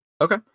Okay